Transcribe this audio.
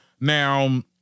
now